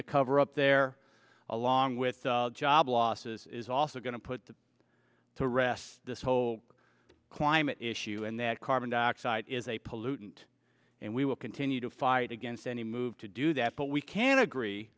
the cover up there along with job losses is also going to put to rest this whole climate issue and that carbon dioxide is a pollutant and we will continue to fight against any move to do that but we can agree